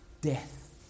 Death